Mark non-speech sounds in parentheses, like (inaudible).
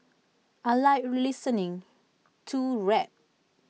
I Like (unintelligible) listening to rap